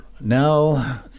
now